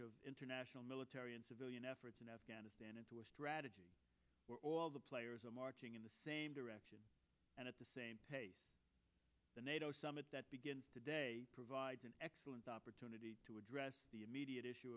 large international military and civilian efforts in afghanistan into a strategy where all the players are marching in the same direction and at the same the nato summit that begins today provides an excellent opportunity to address the immediate issue